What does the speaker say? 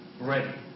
ready